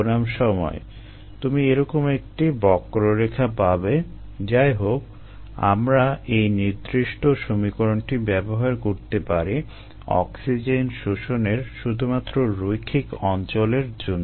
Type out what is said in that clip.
বনাম সময় তুমি এরকম একটি বক্ররেখা পাবে যা ই হোক আমরা এই নির্দিষ্ট সমীকরণটি ব্যবহার করতে পারি অক্সিজেন শোষণের শুধুমাত্র রৈখিক অঞ্চলের জন্য